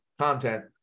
content